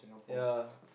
ya